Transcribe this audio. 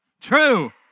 True